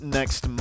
next